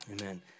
Amen